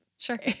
Sure